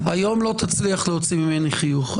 סליחה, היום לא תצליח להוציא ממני חיוך.